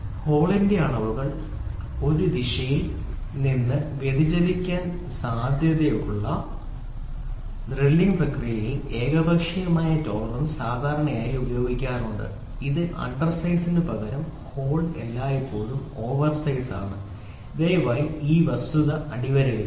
ഹോളിന്റെ അളവുകൾ ഒരു ദിശയിൽ നിന്ന് വ്യതിചലിക്കാൻ സാധ്യതയുള്ള ഡ്രില്ലിംഗ് പ്രക്രിയയിൽ ഏകപക്ഷീയമായ ടോളറൻസ് സാധാരണയായി ഉപയോഗിക്കാറുണ്ട് അത് അണ്ടർസൈസ്നു പകരം ഹോൾ എല്ലായ്പ്പോഴും ഓവർസൈസ് ആണ് ദയവായി ഈ വസ്തുത അടിവരയിടുക